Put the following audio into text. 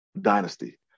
Dynasty